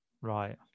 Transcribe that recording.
Right